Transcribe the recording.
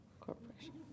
Corporation